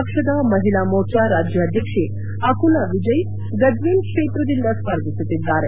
ಪಕ್ಷದ ಮಹಿಳಾ ಮೋರ್ಚಾ ರಾಜ್ಯ ಅಧ್ಯಕ್ಷೆ ಅಕುಲಾ ವಿಜಯ್ ಗಜ್ಷೆಲ್ ಕ್ಷೇತ್ರದಿಂದ ಸ್ಪರ್ಧಿಸುತ್ತಿದ್ದಾರೆ